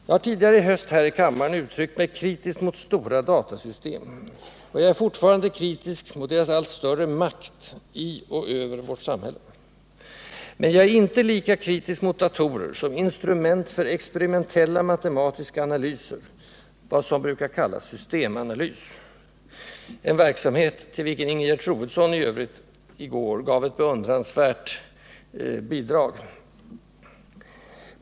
Jag har tidigare i höst här i kammaren uttryckt mig kritiskt mot stora datasystem, och jag är fortfarande kritisk mot deras allt större makt i och över vårt samhälle, men jag är inte lika kritisk mot datorer som instrument för experimentella matematiska analyser — vad som brukas kallas systemanalys, f.ö. en verksamhet som Ingegerd Troedsson i går gav ett beundransvärt bidrag till.